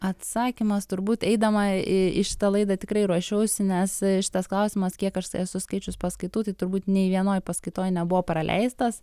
atsakymas turbūt eidama į į šitą laidą tikrai ruošiausi nes šitas klausimas kiek aš esu skaičius paskaitų tai turbūt nei vienoj paskaitoj nebuvo praleistas